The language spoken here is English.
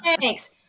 thanks